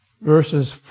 verses